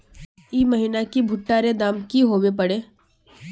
ई महीना की भुट्टा र दाम की होबे परे?